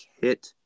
hit